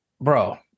bro